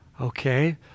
okay